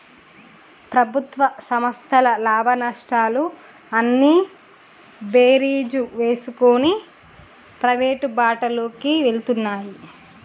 ప్రభుత్వ సంస్థల లాభనష్టాలు అన్నీ బేరీజు వేసుకొని ప్రైవేటు బాటలోకి వెళ్తున్నాయి